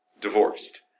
divorced